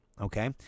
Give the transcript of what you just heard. Okay